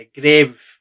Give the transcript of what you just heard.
grave